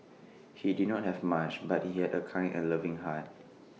he did not have much but he had A kind and loving heart